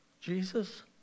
Jesus